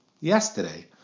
yesterday